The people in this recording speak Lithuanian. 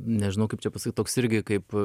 nežinau kaip čia pasakyt toks irgi kaip